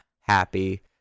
happy